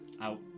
out